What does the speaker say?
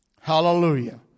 Hallelujah